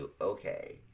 okay